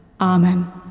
Amen